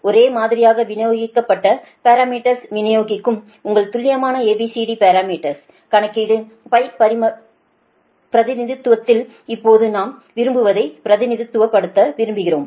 ஒரே மாதிரியாக விநியோகிக்கப்பட்ட பாரமீட்டர்ஸ் விநியோகிக்கும் உங்கள் துல்லியமான ABCD பாரமீட்டர்ஸ் கணக்கீடு பிரதிநிதித்துவத்தில் இப்போது நாம் விரும்புவதை பிரதிநிதித்துவப்படுத்த விரும்புகிறோம்